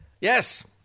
Yes